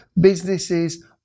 businesses